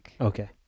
Okay